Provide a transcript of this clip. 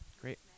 great